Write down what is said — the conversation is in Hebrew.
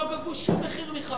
לא גבו שום מחיר מ"חמאס".